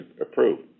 approved